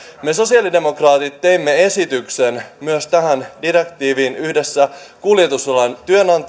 me sosialidemokraatit teimme myös tähän direktiiviin yhdessä kuljetusalan työnantaja ja